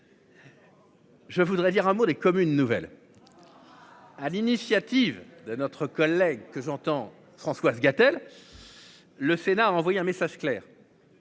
Je voudrais dire un mot des communes nouvelles. À l'initiative de notre collègue que j'entends, Françoise Gatel. Le Sénat a envoyé un message clair.--